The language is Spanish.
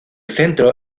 centro